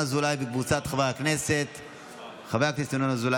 רבותיי חברי הכנסת,